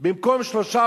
במקום שלושה,